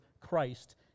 Christ